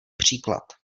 příklad